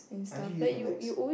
I'm here for the ex